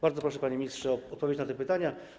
Bardzo proszę, panie ministrze, o odpowiedź na te pytania.